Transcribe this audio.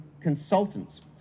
Consultants